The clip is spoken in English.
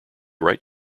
right